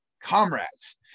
Comrades